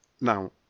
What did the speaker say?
Now